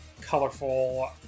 colorful